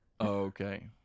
Okay